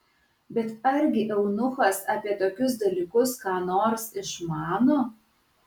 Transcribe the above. bet argi eunuchas apie tokius dalykus ką nors išmano